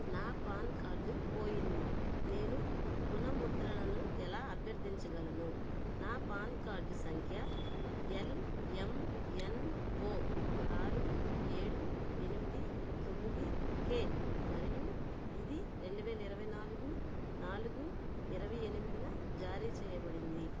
నా PAN card పోయింది నేను పునఃముద్రణను ఎలా అభ్యర్థించగలను నా పాన్ కార్డు సంఖ్య ఎల్ఎంఎన్ఓ ఆరు ఏడు ఎనిమిది తొమ్మిది కె మరియు ఇది రెండువేల ఇరవై నాలుగు నాలుగు ఇరవై ఎనిమిదిన జారీ చేయబడింది